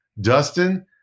Dustin